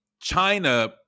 China